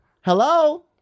hello